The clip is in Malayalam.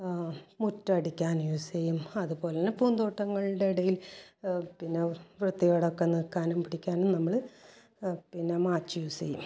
മുറ്റമടിക്കാൻ യൂസ് ചെയ്യും അതുപോലെ തന്നെ പൂന്തോട്ടങ്ങളുടെ ഇടയിൽ പിന്നെ വൃത്തികേടൊക്കെ നീക്കാനും പിടിക്കാനും നമ്മൾ പിന്നെ മാച്ച് യൂസ് ചെയ്യും